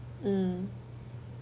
mm